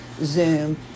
Zoom